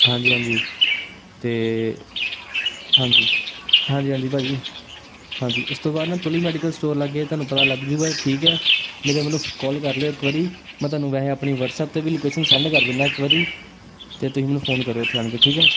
ਹਾਂਜੀ ਹਾਂਜੀ ਅਤੇ ਹਾਂਜੀ ਹਾਂਜੀ ਹਾਂਜੀ ਭਾਅ ਜੀ ਹਾਂਜੀ ਉਸ ਤੋਂ ਬਾਅਦ ਨਾ ਤੁਲੀ ਮੈਡੀਕਲ ਸਟੋਰ ਲਾਗੇ ਤੁਹਾਨੂੰ ਪਤਾ ਲੱਗ ਜੂਗਾ ਠੀਕ ਆ ਨਹੀਂ ਤਾਂ ਮੈਨੂੰ ਕਾਲ ਕਰ ਲਿਓ ਇੱਕ ਵਾਰੀ ਮੈਂ ਤੁਹਾਨੂੰ ਵੈਸੇ ਆਪਣੀ ਵਟਸਐਪ 'ਤੇ ਵੀ ਲੋਕੇਸ਼ਨ ਸੈਂਡ ਕਰ ਦਿੰਦਾ ਇੱਕ ਵਾਰੀ ਅਤੇ ਤੁਸੀਂ ਮੈਨੂੰ ਫੋਨ ਕਰਿਓ ਉੱਥੇ ਆਣ ਕੇ ਠੀਕ ਹੈ